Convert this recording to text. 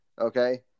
okay